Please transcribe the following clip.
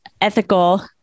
ethical